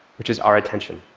which is our attention,